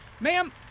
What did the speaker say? Ma'am